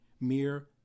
mere